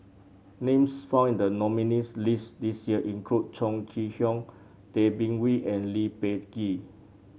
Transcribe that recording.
names found in the nominees' list this year include Chong Kee Hiong Tay Bin Wee and Lee Peh Gee